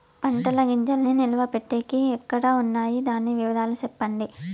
పంటల గింజల్ని నిలువ పెట్టేకి పెట్టేకి ఎక్కడ వున్నాయి? దాని వివరాలు సెప్పండి?